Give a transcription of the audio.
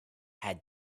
had